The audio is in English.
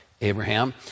Abraham